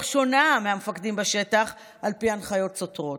שונה מהמפקדים בשטח על פי הנחיות סותרות.